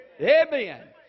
Amen